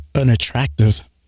unattractive